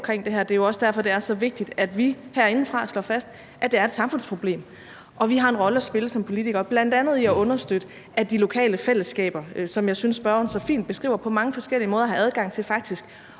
Det er også derfor, det er så vigtigt, at vi herindefra slår fast, at det er et samfundsproblem, og at vi har en rolle at spille som politikere, bl.a. i at understøtte de lokale fællesskaber, som jeg synes spørgeren så fint beskriver på mange forskellige måder, altså at have adgang til at